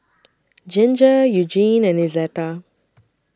Ginger Eugene and Izetta